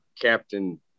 Captain